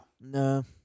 No